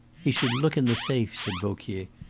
he should look in the safe, said vauquier.